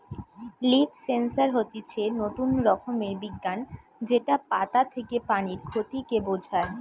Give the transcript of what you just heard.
leaf sensor হতিছে নতুন রকমের বিজ্ঞান যেটা পাতা থেকে পানির ক্ষতি কে বোঝায়